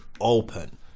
open